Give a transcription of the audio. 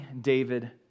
David